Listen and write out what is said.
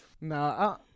No